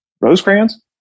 Rosecrans